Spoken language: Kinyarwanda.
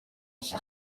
iki